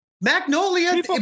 Magnolia